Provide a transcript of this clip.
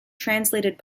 translated